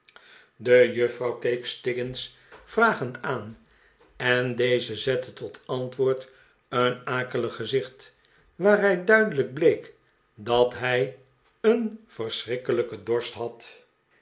de juffrouw keek stiggins vragend aan en deze zette tot antwoord een akelig gezicht waaruit duidelijk bleek dat hij een verschrikkelijken dorst had